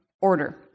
order